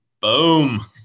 Boom